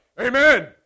Amen